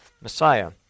Messiah